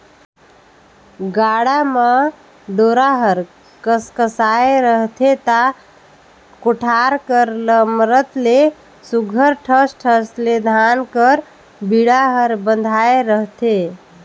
गाड़ा म डोरा हर कसकसाए रहथे ता कोठार कर लमरत ले सुग्घर ठस ठस ले धान कर बीड़ा हर बंधाए रहथे